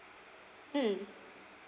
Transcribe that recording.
mm